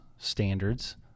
standards